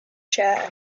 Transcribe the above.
share